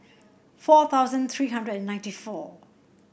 four thousand three hundred and ninety four